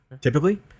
typically